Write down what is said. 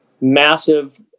massive